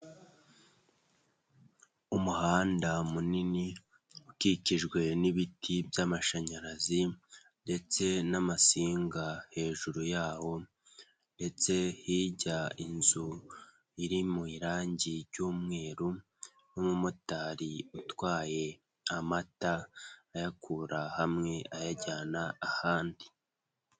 Umuhanda munini ukikijwe n'ibiti by'amashanyarazi ndetse n'amasinga hejuru yawo ndetse hirya inzu iri mu irangi ry'umweru n'umumotari utwaye amata ayakura hamwe ayajyana ahandi.